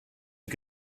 you